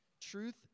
Truth